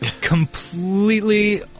completely